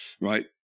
right